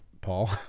Paul